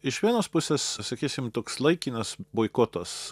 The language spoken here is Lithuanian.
iš vienos pusės sakysime toks laikinas boikotas